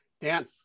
Dan